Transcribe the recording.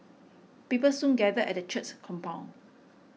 people soon gathered at the church's compound